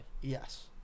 Yes